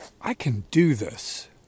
I-can-do-this